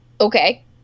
Okay